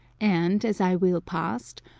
and, as i wheel past,